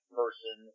person